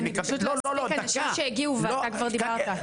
יש עוד אנשים שהגיעו ואתה כבר דיברת.